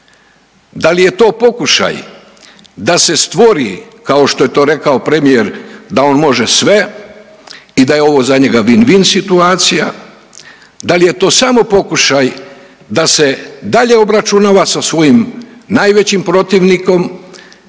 Da li je to pokušaj da se stvori kao što je to rekao premijer da on može sve i da je ovo za njega win-win situacija, da li je to samo pokušaj da se dalje obračunava sa svojim najvećim protivnikom